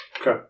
Okay